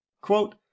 Quote